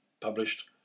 published